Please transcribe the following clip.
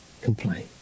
complain